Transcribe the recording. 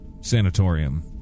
sanatorium